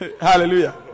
Hallelujah